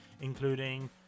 including